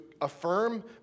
affirm